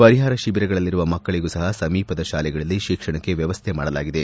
ಪರಿಹಾರ ಶಿಬಿರಗಳಲ್ಲಿರುವ ಮಕ್ಕಳಗೂ ಸಹ ಸಮೀಪದ ಶಾಲೆಗಳಲ್ಲಿ ಶಿಕ್ಷಣಕ್ಕೆ ವ್ಯವಸ್ಥೆ ಮಾಡಲಾಗಿದೆ